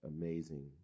amazing